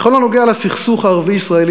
בכל הנוגע לסכסוך הערבי ישראלי,